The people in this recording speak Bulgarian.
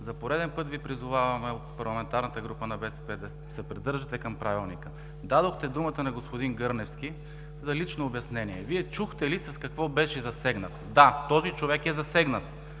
за пореден път Ви призоваваме от парламентарната група на БСП да се придържате към Правилника. Дадохте думата на господин Гърневски за лично обяснение. Вие чухте ли с какво беше засегнат? Да, този човек е засегнат,